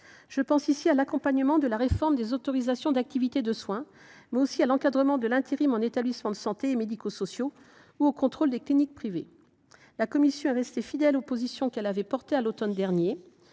Je pense à l’accompagnement de la réforme des autorisations d’activités de soins, à l’encadrement de l’intérim dans les établissements de santé et médico sociaux ou encore au contrôle des cliniques privées. La commission est restée fidèle aux positions qu’elle a défendues à l’automne dernier.